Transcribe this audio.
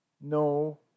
no